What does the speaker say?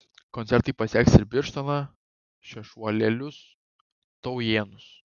koncertai pasieks ir birštoną šešuolėlius taujėnus